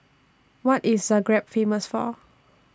What IS Zagreb Famous For